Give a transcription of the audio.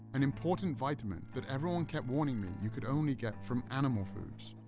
an important vitamin that everyone kept warning me you could only get from animal foods.